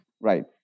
Right